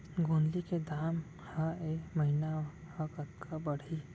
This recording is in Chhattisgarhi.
गोंदली के दाम ह ऐ महीना ह कतका बढ़ही?